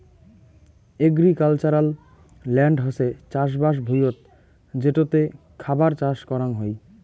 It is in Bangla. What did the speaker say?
এগ্রিক্যালচারাল ল্যান্ড হসে চাষবাস ভুঁইয়ত যেটোতে খাবার চাষ করাং হই